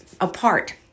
apart